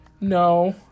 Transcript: No